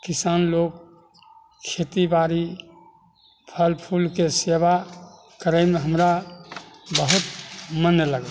किसान लोक खेतीबाड़ी फल फूलके सेवा करैमे हमरा बहुत मन लगैया